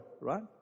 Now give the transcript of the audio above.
right